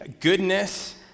goodness